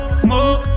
smoke